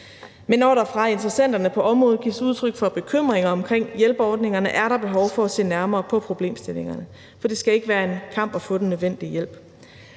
Men når der fra interessenterne på området gives udtryk for bekymringer omkring hjælperordningerne, er der behov for at se nærmere på problemstillingerne, for det skal ikke være en kamp at få den nødvendige hjælp.